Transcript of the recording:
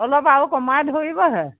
অলপ আৰু কমাই ধৰিবহে